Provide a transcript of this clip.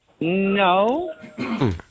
No